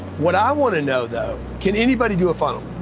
what i wanna know, though, can anybody do a funnel?